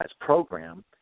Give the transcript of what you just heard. program